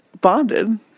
bonded